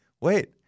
wait